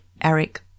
Eric